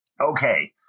okay